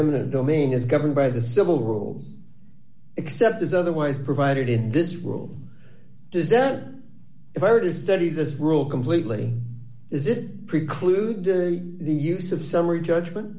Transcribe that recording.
eminent domain is governed by the civil rules except as otherwise provided in this room does that if i were to study this rule completely does it preclude the use of summary judgment